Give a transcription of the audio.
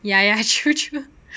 ya ya true true